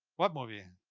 what movie?